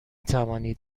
توانید